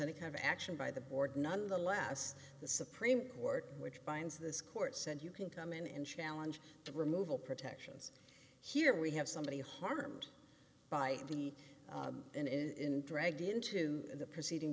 any kind of action by the board nonetheless the supreme court which binds this court said you can come in and challenge the removal protections here we have somebody harmed by the and dragged into the proceeding